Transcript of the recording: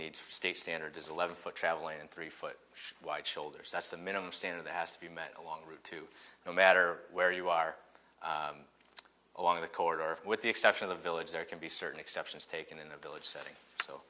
needs state standards is eleven foot travel and three foot wide shoulders that's the minimum standard that has to be met along route two no matter where you are along the corridor with the exception of the village there can be certain exceptions taken in the village settings so